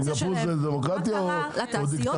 סינגפור היא דמוקרטיה או דיקטטורה?